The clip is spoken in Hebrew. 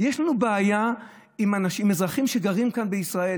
יש לנו בעיה עם אזרחים שגרים כאן בישראל,